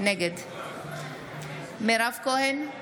נגד מירב כהן,